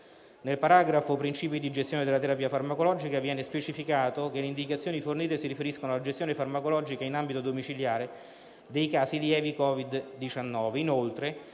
Nel paragrafo "Principi di gestione della terapia farmacologica" viene specificato che le indicazioni fornite si riferiscono alla gestione farmacologica in ambito domiciliare dei casi lievi di Covid-19.